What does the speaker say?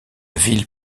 ville